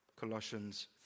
Colossians